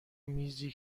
میزی